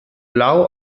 blau